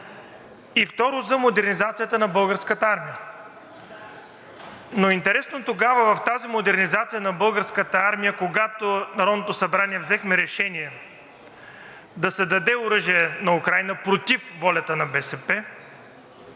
и второ, за модернизацията на Българската армия. Интересно тогава, в тази модернизация на Българската армия, когато в Народното събрание взехме решение да се даде оръжие на Украйна, против волята на БСП,